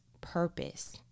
purpose